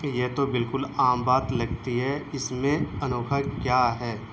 یہ تو بالکل عام بات لگتی ہے اس میں انوکھا کیا ہے